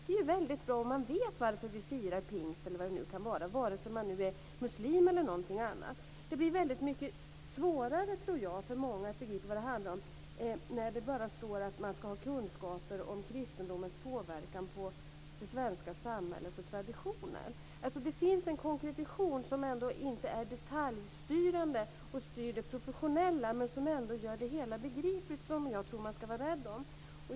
Det är väldigt bra om man vet varför vi firar pingst, eller vad det nu kan vara, vare sig man är muslim eller någonting annat. Det blir väldigt mycket svårare för många att begripa vad det handlar om när det bara står att man ska ha kunskaper om kristendomens påverkan på det svenska samhället och traditioner. Det finns en konkretion som ändå inte är detaljstyrande och styr det professionella men som ändå gör det hela begripligt och som jag tror att man ska vara rädd om.